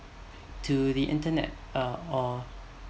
to the internet uh or